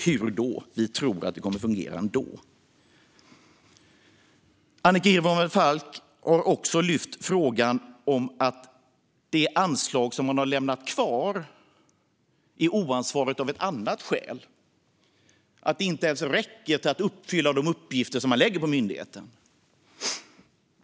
Svaret är: Vi tror att det kommer att fungera ändå. Annika Hirvonen Falk har också lyft fram frågan om att det anslag som man har lämnat kvar är oansvarigt av ett annat skäl, nämligen att det inte ens räcker till att utföra de uppgifter som man lägger på myndigheten.